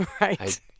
Right